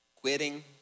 quitting